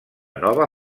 nova